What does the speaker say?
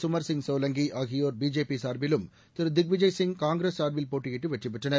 சுமர்சிங் சோலங்கி ஆகியோர் பிஜேபி சார்பிலும் திரு திக் விஜய்சிங் காங்கிரஸ் சார்பில் போட்டியிட்டு வெற்றி பெற்றனர்